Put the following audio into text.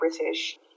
British